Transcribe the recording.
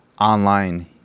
online